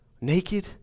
naked